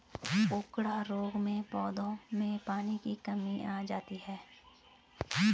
उकडा रोग में पौधों में पानी की कमी आ जाती है